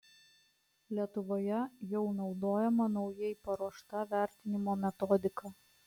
lietuvoje jau naudojama naujai paruošta vertinimo metodika